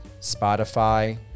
Spotify